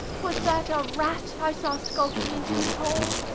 was that a rat i saw skulking into his hole?